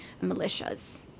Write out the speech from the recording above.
militias